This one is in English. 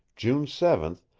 june seven,